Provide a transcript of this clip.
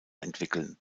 entwickeln